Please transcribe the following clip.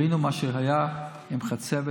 ראינו מה היה עם החצבת.